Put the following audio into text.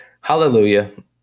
Hallelujah